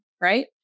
right